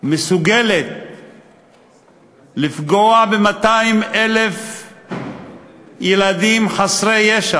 מסוגלת לפגוע ב-200,000 ילדים חסרי ישע,